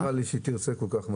לא נראה לי שהיא תרצה כל כך.